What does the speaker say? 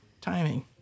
timing